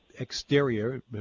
exterior